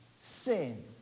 sin